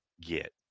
get